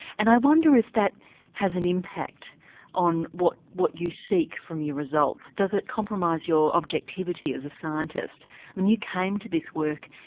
and i wonder if that has an impact on what what you seek from your results. does it compromise your objectivity as a scientist and you came to this work,